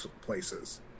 places